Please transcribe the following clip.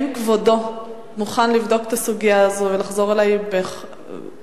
האם כבודו מוכן לבדוק את הסוגיה הזאת ולחזור אלי בכתב,